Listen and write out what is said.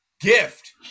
Gift